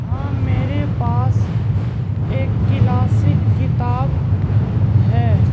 ہاں میرے پاس ایک کلاسک کتاب ہے